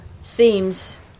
seems